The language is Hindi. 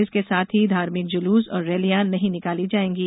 इसके साथ ही धार्मिक जुलूस और रैलियां नहीं निकाली जाएंगी